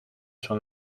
son